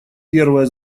первая